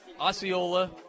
Osceola